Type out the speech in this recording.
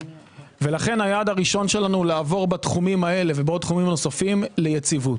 לכן היעד הראשון שלנו לעבור בתחומים האלה ובתחומים נוספים - ליציבות.